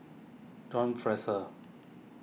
John Fraser